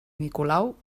nicolau